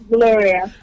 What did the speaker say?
Gloria